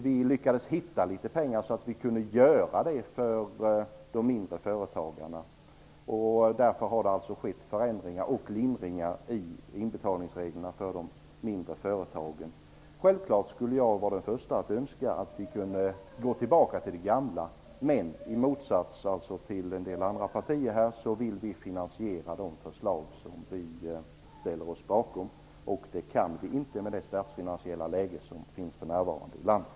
Vi lyckades hitta pengar så att vi kunde genomföra förändringar och lindringar i inbetalningsreglerna för de mindre företagen. Självfallet skulle jag vara den förste att önska att vi kunde gå tillbaka till det gamla. Men i motsats till en del andra partier här i kammaren vill vi finansiera de förslag som vi ställer oss bakom, och det kan vi inte med det statsfinansiella läge som är för närvarande i landet.